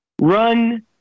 Run